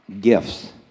gifts